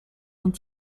non